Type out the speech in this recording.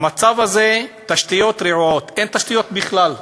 המצב הזה, תשתיות רעועות, אין תשתיות בכלל,